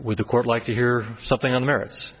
with the court like to hear something on the merits